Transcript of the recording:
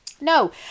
No